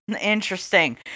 Interesting